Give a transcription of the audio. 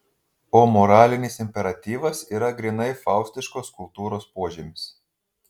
o moralinis imperatyvas yra grynai faustiškos kultūros požymis